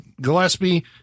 Gillespie